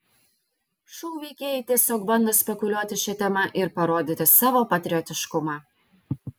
šou veikėjai tiesiog bando spekuliuoti šia tema ir parodyti savo patriotiškumą